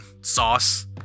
sauce